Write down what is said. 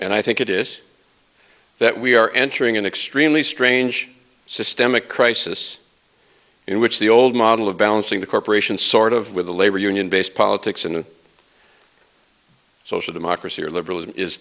and i think it is that we are entering an extremely strange systemic crisis in which the old model of balancing the corporation sort of with a labor union base politics and social democracy or liberalism is